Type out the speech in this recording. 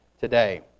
today